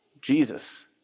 Jesus